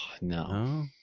No